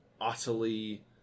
utterly